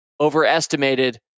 overestimated